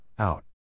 Out